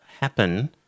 happen